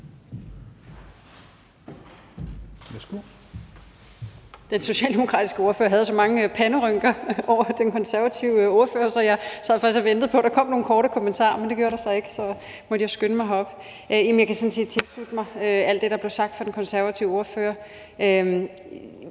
Den socialdemokratiske ordfører havde så mange panderynker over den konservative ordfører, at jeg faktisk sad og ventede på, at der kom nogle korte bemærkninger, men det gjorde der så ikke, og så måtte jeg skynde mig herop. Jeg kan sådan set tilslutte mig alt det, der blev sagt fra den konservative ordførers